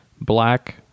black